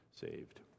saved